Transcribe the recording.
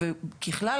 ככלל,